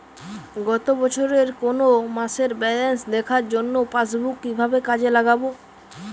গত বছরের কোনো মাসের ব্যালেন্স দেখার জন্য পাসবুক কীভাবে কাজে লাগাব?